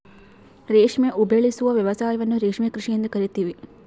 ರೇಷ್ಮೆ ಉಬೆಳೆಸುವ ವ್ಯವಸಾಯವನ್ನ ರೇಷ್ಮೆ ಕೃಷಿ ಎಂದು ಕರಿತೀವಿ